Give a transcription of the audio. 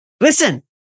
Listen